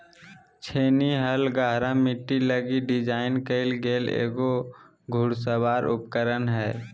छेनी हल गहरा मिट्टी लगी डिज़ाइन कइल गेल एगो घुड़सवार उपकरण हइ